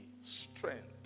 strength